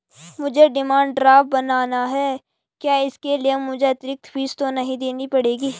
मुझे demand draft बनाना है क्या इसके लिए मुझे अतिरिक्त फीस तो नहीं देनी पड़ेगी?